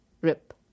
rip